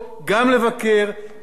גם להביא לתודעת הציבור,